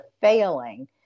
failing